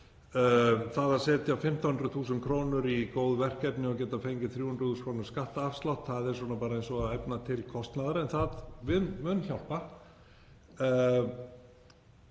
Það að setja 1.500.000 kr. í góð verkefni og geta fengið 300.000 kr. skattafslátt er bara eins og að efna til kostnaðar, en það mun hjálpa.